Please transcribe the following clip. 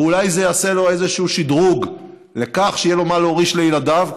ואולי זה יעשה לו איזה שדרוג כך שיהיה לו מה להוריש לילדיו,